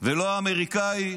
ולא האמריקאי.